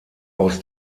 aus